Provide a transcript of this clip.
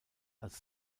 als